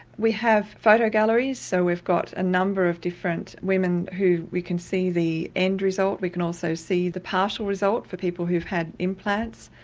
we have photo galleries so we've got a number of different women where we can see the end result, we can also see the partial result for people who've had implants.